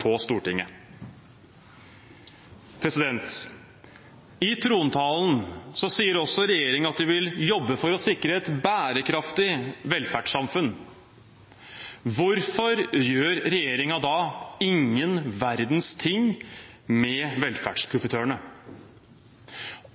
på Stortinget. I trontalen sier også regjeringen at de vil jobbe for å sikre et bærekraftig velferdssamfunn. Hvorfor gjør regjeringen da ingen verdens ting med velferdsprofitørene?